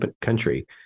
country